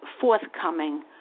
forthcoming